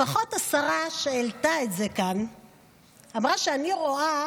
לפחות השרה שהעלתה את זה כאן אמרה שאני רואה